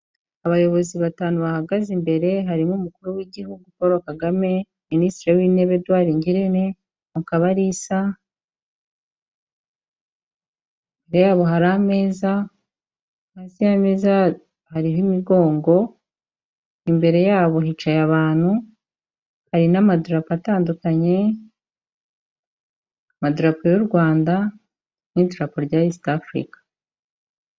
Abayobozi batanu bahagaze imbere, harimo umukuru w'igihugu Paul Kagame, Minisitiri w'Intebe Eduard Ngirente, Mukabalisa, imbere yabo hari ameza, hasi y'ameza hariho imigongo, imbere yabo hicaye abantu, hari n'amadaropa atandukanye, amadarapo y'u Rwanda n'idarapo rya East Africa.